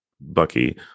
Bucky